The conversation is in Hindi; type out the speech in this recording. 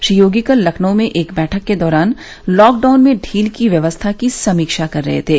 श्री योगी कल लखनऊ में एक बैठक के दौरान लॉकडाउन में ढील की व्यवस्था की समीक्षा कर रहे थे